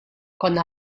konna